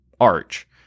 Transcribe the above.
Arch